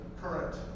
current